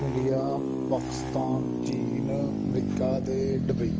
India Pakistan ਚੀਨ America ਦੇ Dubai